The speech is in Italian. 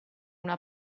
una